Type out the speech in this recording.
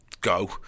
go